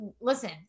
Listen